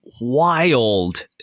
wild